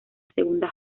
segunda